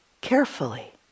carefully